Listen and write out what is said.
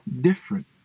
different